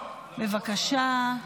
בבקשה.